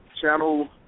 channel